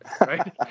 right